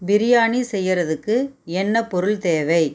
பிரியாணி செய்கிறதுக்கு என்ன பொருள் தேவை